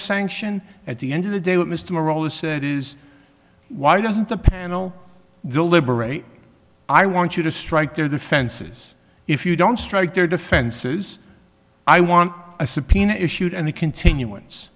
sanction at the end of the day what mr merola said is why doesn't the panel deliberate i want you to strike their defenses if you don't strike their defenses i want a subpoena issued and the continu